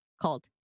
called